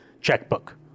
checkbook